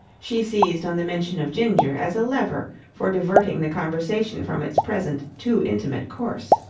she seized on the mention of ginger as a lever for diverting the conversation from its present too intimate course.